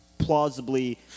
Plausibly